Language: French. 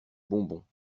bonbons